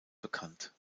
bekannt